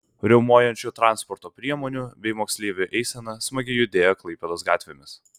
riaumojančių transporto priemonių bei moksleivių eisena smagiai judėjo klaipėdos gatvėmis